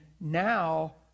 now